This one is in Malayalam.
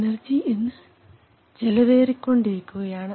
എനർജി ഇന്ന് ചെലവേറിയത് ആയിക്കൊണ്ടിരിക്കുകയാണ്